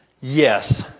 Yes